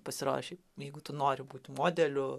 pasirašė jeigu tu nori būt modeliu